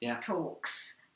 talks